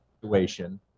situation